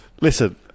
Listen